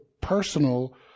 personal